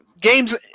games